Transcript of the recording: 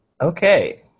Okay